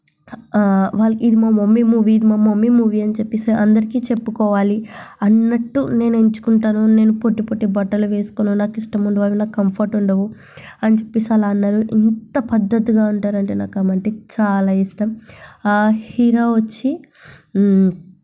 ఇది మా mummy movie ఇది మా మమ్మీ మూవీ అని చెప్పి అందరికి చెప్పుకోవాలి అన్నట్టు నేను ఎంచుకుంటాను నేను పొట్టి పొట్టి బట్టలు వేసుకోవడం నాకు ఇష్టం ఉండదు అవి నాకు కంఫర్ట్ ఉండవు అని చెప్పి అలా అన్నారు ఇంత పద్ధతిగా ఉంటారు అంటే నాకు ఆమె అంటే చాలా ఇష్టం హీరో వచ్చి